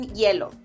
hielo